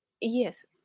Yes